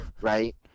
right